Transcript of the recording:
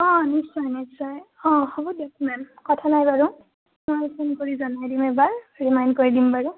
অঁ নিশ্চয় নিশ্চয় অঁ হ'ব দিয়ক মেম কথা নাই বাৰু মই ফোন কৰি জনাই দিম এবাৰ ৰিমাইণ্ড কৰি দিম বাৰু